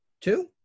Two